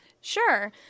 Sure